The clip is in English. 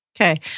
okay